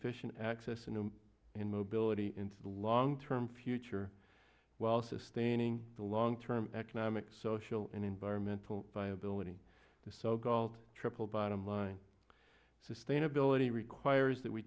efficient access and in mobility in the long term future while sustaining the long term economic social and environmental viability the so called triple bottom line sustainability requires that we